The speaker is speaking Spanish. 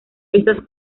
esas